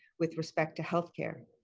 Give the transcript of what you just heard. with respect to healthcare.